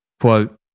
Quote